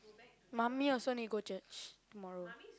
mummy also need go church tomorrow